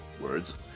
words